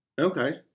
Okay